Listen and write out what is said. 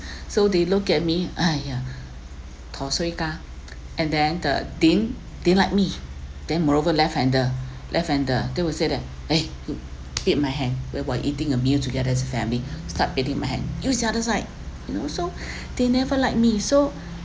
so they look at me !aiya! toh sui ga and then they didn't didn't like me then moreover left hander left hander they would say that eh hmm beat my hand when while eating a meal together as a family start beating my hand use the other side you know so they never like me so